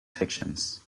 fictions